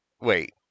wait